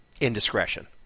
indiscretion